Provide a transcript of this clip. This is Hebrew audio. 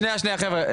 שנייה חבר'ה,